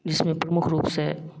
जिसमें प्रमुख रूप से